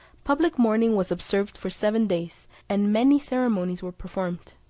public mourning was observed for seven days, and many ceremonies were performed.